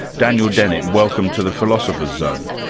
daniel dennett, welcome to the philosopher's zone.